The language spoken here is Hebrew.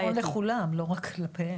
זה נכון לכולם, לא רק כלפיהן.